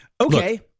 okay